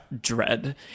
dread